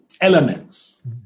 elements